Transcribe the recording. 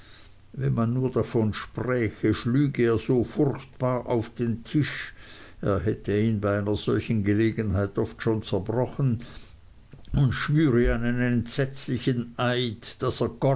wenn man nur davon spräche schlüge er so furchtbar auf den tisch er hätte ihn bei einer solchen gelegenheit oft schon zerbrochen und schwüre einen entsetzlichen eid